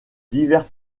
divers